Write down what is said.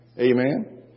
Amen